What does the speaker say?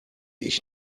ich